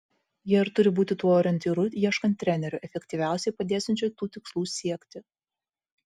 jie ir turi būti tuo orientyru ieškant trenerio efektyviausiai padėsiančio tų tikslų siekti